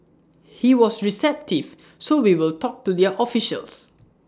he was receptive so we will talk to their officials